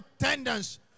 attendance